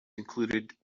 included